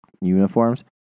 uniforms